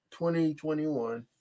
2021